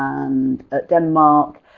and denmark,